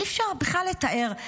אי-אפשר בכלל לתאר.